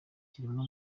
kiremwa